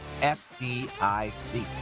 FDIC